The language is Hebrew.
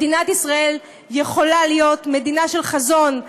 מדינת ישראל יכולה להיות מדינה של חזון,